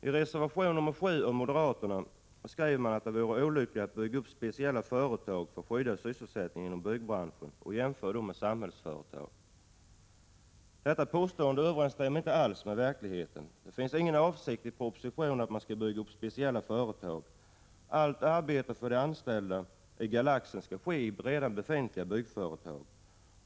I reservation 7 skriver moderaterna att det vore olyckligt att bygga upp speciella företag för skyddad sysselsättning inom byggbranschen, och man jämför då med Samhällsföretag. Detta påstående överensstämmer inte alls med verkligheten. Det finns ingen avsikt i propositionen att bygga upp speciella företag. Allt arbete för de som är anställda i Galaxen skall ske i befintliga byggföretag.